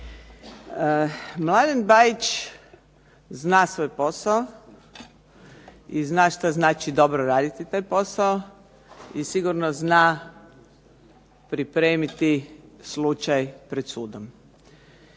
Mladen Bajić zna svoj posao i zna što znači dobro raditi taj posao i sigurno zna pripremiti slučaj pred sudom.